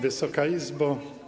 Wysoka Izbo!